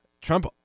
Trump